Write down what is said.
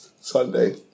Sunday